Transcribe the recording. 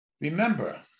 Remember